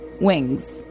wings